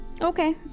Okay